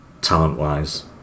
talent-wise